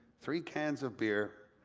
three cans of beer,